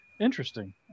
Interesting